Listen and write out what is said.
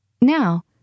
Now